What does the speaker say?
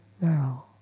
now